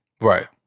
Right